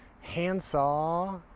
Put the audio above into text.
handsaw